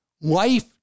Life